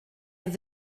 have